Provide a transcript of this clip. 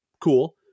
cool